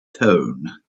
tone